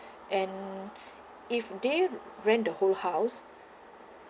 and if they rent the whole house